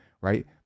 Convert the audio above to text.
right